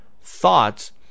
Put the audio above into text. thoughts